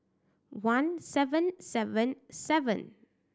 one seven seven seven